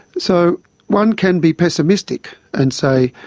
so one can be pessimistic and say,